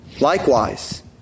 Likewise